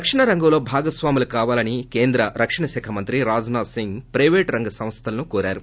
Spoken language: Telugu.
రక్షణ రంగంలో భాగస్వాములు కావాలని కేంద్ర రక్షణ శాఖ మంత్రి రాజ్ నాధ్ సింగ్ ప్రయిపేటు రంగ సంస్థలను కోరారు